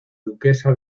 duquesa